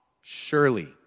surely